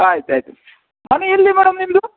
ಆಯ್ತು ಆಯ್ತು ಮನೆ ಎಲ್ಲಿ ಮೇಡಮ್ ನಿಮ್ಮದು